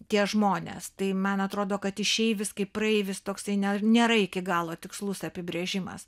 tie žmonės tai man atrodo kad išeivis kaip praeivis toksai ne nėra iki galo tikslus apibrėžimas